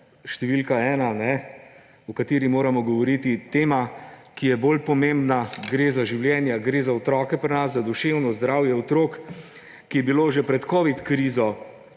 številka ena, o kateri moramo govoriti; tema, ki je bolj pomembna, gre za življenje, gre za otroke, za duševno zdravje otrok, ki je bilo že pred covid krizo